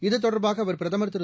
இதுதொடர்பாக அவர் பிரதமர் திரு